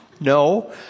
No